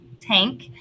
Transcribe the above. tank